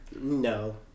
No